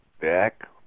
back